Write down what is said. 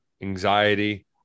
anxiety